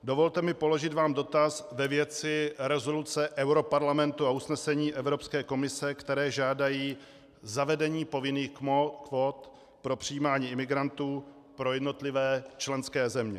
Dovolte mi položit vám dotaz ve věci rezoluce europarlamentu a usnesení Evropské komise, které žádají zavedení povinných kvót pro přijímání imigrantů pro jednotlivé členské země.